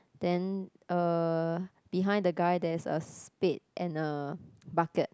then uh behind the guy there's a spade and a bucket